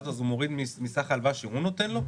מוריד מסך ההלוואה שהוא נותן לו?